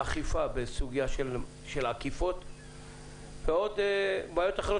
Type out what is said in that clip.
אכיפה בסוגיה של עקיפות ועוד בעיות אחרות